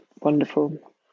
wonderful